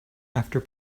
after